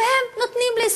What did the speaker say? והם נותנים לי סכום,